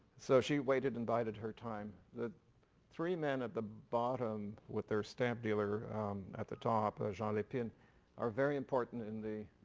so she waited and bided her time. the three men at the bottom with their stamp dealer at the top jean les pins are very important in the,